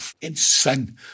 insane